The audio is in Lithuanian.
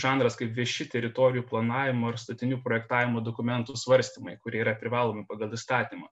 žanras kaip vieši teritorijų planavimo ir statinių projektavimo dokumentų svarstymai kurie yra privalomi pagal įstatymą